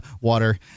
water